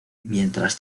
mientras